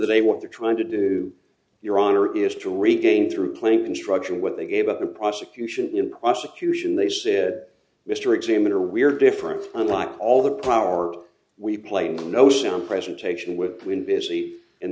the day what they're trying to do your honor is to regain through playing construction what they gave up the prosecution in prosecution they said mr examiner we're different unlike all the powers we play